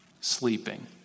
sleeping